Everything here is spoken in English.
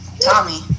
Tommy